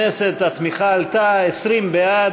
הצעת חוק ההתייעלות הכלכלית (תיקוני חקיקה להשגת יעדי